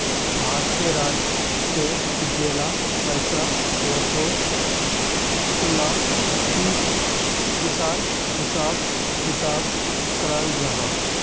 भारतीय राजस्व से जेला पैसा ओसोह उला पिसार हिसाब किताब कराल जाहा